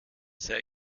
sei